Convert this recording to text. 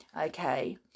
okay